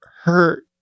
hurt